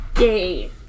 Yay